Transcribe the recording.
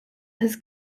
his